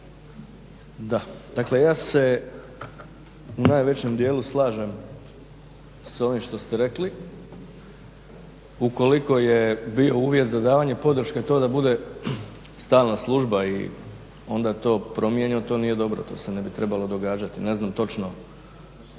Da, dakle ja se u najvećem dijelu slažem sa ovim što ste rekli ukoliko je bio uvjet za davanje podrške to da bude stalna služba i onda to promijenjeno, to nije dobro, to se ne bi trebalo događati, ne znam točno